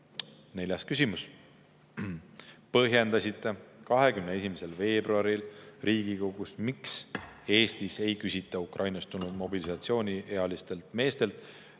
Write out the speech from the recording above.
Neljas küsimus: "Põhjendasite 21. veebruaril Riigikogus, miks Eestis ei küsita Ukrainast tulnud mobilisatsiooniealistelt meestelt